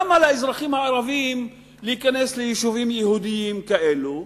למה לאזרחים הערבים להיכנס ליישובים יהודיים כאלו,